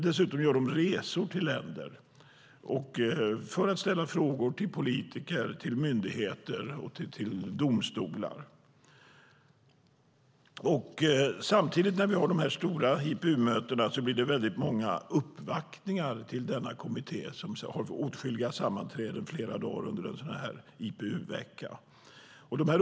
Dessutom gör vi resor till länder för att ställa frågor till politiker, myndigheter och domstolar. Samtidigt som vi har de stora IPU-mötena blir det väldigt många uppvaktningar av denna kommitté som har åtskilliga sammanträden under en IPU-vecka.